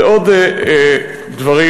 ועוד דברים,